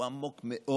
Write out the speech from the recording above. הוא עמוק מאוד.